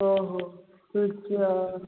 ଓହୋ ସୂର୍ଯ୍ୟ